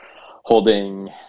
holding